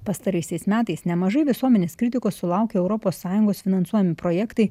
pastaraisiais metais nemažai visuomenės kritikos sulaukė europos sąjungos finansuojami projektai